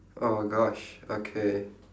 oh gosh okay